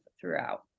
throughout